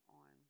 on